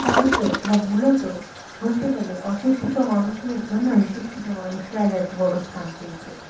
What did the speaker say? ফলত বা মূলত বলতে গেলে অশিক্ষিত মানুষের জন্যই শিক্ষিত মানুষরা আজ এত বড় স্থান পেয়েছে